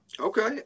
Okay